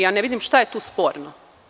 Ja ne vidim šta je tu sporno.